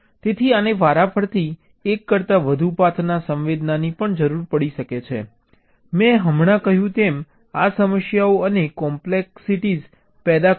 તેથી આને વારાફરતી એક કરતાં વધુ પાથના સંવેદનાની પણ જરૂર પડી શકે છે મેં હમણાં કહ્યું તેમ આ સમસ્યાઓ અને કોમ્પ્લેક્સિટીઝ પેદા કરે છે